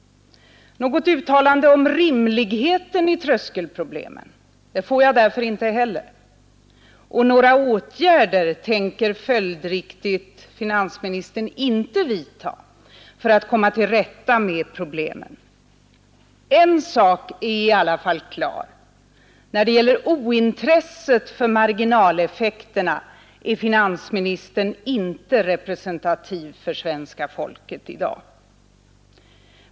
Något uttalande om rimligheten i tröskelproblemen får jag därför inte heller, och några åtgärder tänker finansministern följdriktigt inte vidta för att komma till rätta med problemen. En sak är i alla fall klar: När det gäller ointresset för marginaleffekterna är finansministern inte representativ för svenska folket i dag.